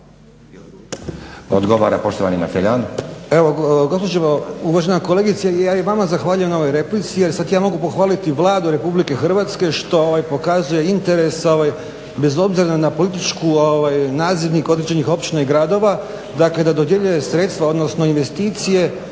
Odgovara poštovani Mateljan.